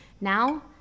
Now